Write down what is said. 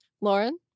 Lauren